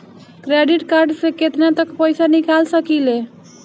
Credit card से केतना तक पइसा निकाल सकिले?